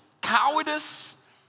cowardice